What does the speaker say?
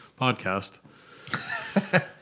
podcast